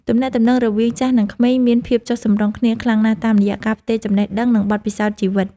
ទំនាក់ទំនងរវាងចាស់និងក្មេងមានភាពចុះសម្រុងគ្នាខ្លាំងណាស់ តាមរយៈការផ្ទេរចំណេះដឹង និងបទពិសោធន៍ជីវិត។